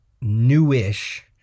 newish